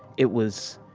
it was,